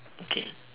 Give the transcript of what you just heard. okay